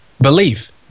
belief